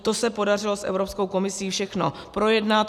To se podařilo s Evropskou komisí všechno projednat.